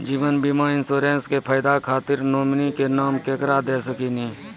जीवन बीमा इंश्योरेंसबा के फायदा खातिर नोमिनी के नाम केकरा दे सकिनी?